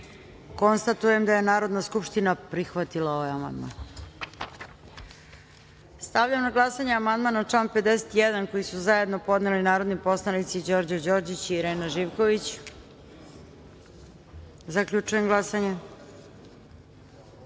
dva. Konstatujem da je Narodna skupština prihvatila ovaj amandman. Stavljam na glasanje amandman na član 51. koji su zajedno podneli narodni poslanici Đorđo Đorđić i Irena Živković. Zaključujem glasanje: